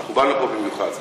אנחנו באנו לפה במיוחד.